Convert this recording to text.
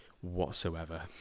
whatsoever